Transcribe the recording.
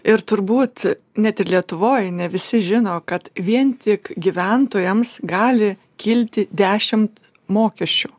ir turbūt net ir lietuvoj ne visi žino kad vien tik gyventojams gali kilti dešimt mokesčių